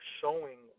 showing